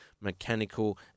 mechanical